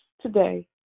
today